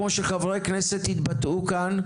כמו שחברי כנסת התבטאו כאן,